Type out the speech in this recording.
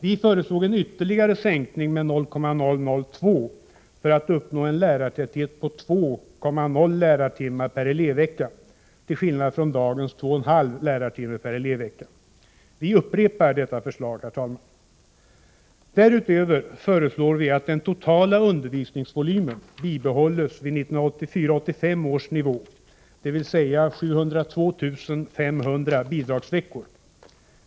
Vi föreslog en ytterligare sänkning med 0,0002 för att uppnå en lärartäthet på 2,0 lärartimmar per elevvecka till skillnad från dagens 2,5 lärartimmar per elevvecka. Vi upprepar detta förslag, herr talman. Därutöver föreslår vi att den totala undervisningsvolymen bibehålls vid 1984/85 års nivå, dvs. 702 500 bidragsveckor.